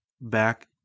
back